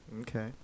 Okay